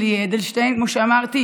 כמו שאמרתי,